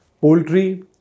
poultry